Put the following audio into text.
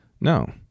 No